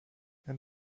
and